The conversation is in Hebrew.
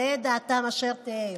תהא דעתם אשר תהא.